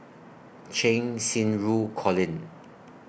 Cheng Xinru Colin